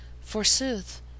Forsooth